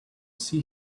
see